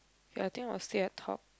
ya I think we still at top